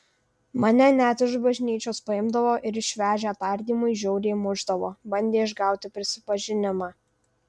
mane net iš bažnyčios paimdavo ir išvežę tardymui žiauriai mušdavo bandė išgauti prisipažinimą